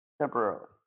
temporarily